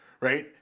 Right